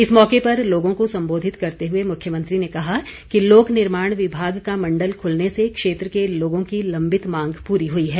इस मौके पर लोगों को संबोधित करते हुए मुख्यमंत्री ने कहा कि लोक निर्माण विभाग का मंडल खुलने से क्षेत्र के लोगों की लंबित मांग पूरी हुई है